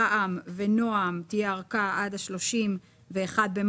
רע"מ ונעם תהיה ארכה עד ה-31 במאי,